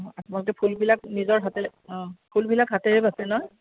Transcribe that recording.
অঁ আপোনালোকে ফুলবিলাক নিজৰ হাতেৰে অঁ ফুলবিলাক হাতেৰে বাচে নহয়